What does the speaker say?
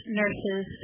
nurses